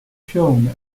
shown